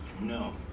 No